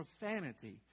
profanity